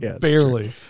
Barely